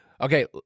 Okay